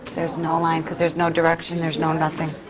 there's no line because there's no direction, there's no nothing,